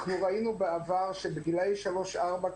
אנחנו ראינו בעבר שבגילאי שלוש-ארבע,